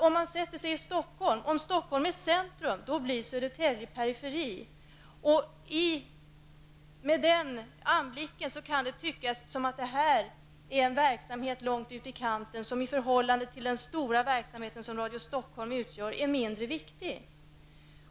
Om Stockholm är centrum blir Södertälje periferi, och därmed kan det tyckas att det här är fråga om en verksamhet långt ut i periferin, en verksamhet som i förhållande till Radio Stockholms är mindre viktig.